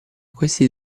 questi